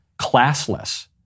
classless